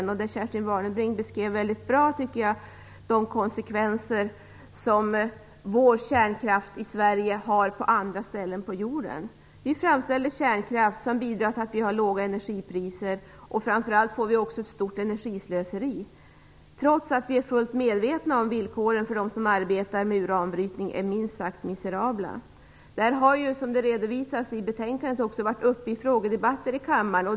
Jag tycker att Kerstin Warnerbring beskrev väldigt bra de konsekvenser som vår kärnkraft i Sverige har på andra ställen på jorden. Vi framställer kärnkraft som bidrar till att vi har låga energipriser. Framför blir det ett stort energislöseri, trots att vi är fullt medvetna om att villkoren för dem som arbetar med uranbrytning är minst sagt miserabla. Detta har ju, som också redovisas i betänkandet, tagits upp i frågedebatter i kammaren.